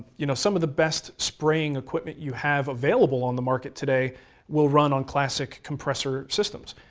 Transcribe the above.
you know, some of the best spraying equipment you have available on the market today will run on classic compressor systems,